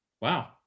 Wow